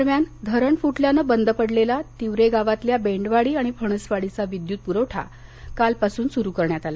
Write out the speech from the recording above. दरम्यान धरण फुटल्यानं बंद पडलेला तिवरे गावातल्या बेंडवाडी आणि फणसवाडीचा विद्यूत पुरवठा कालपासून सुरू करण्यात आला